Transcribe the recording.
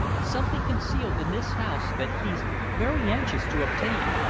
something concealed in this house that he's very anxious to obtain.